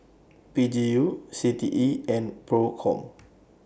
P G U C T E and PROCOM